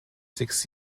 six